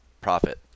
profit